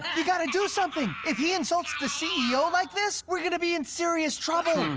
you've gotta do something! if he insults the ceo like this, we're gonna be in serious trouble!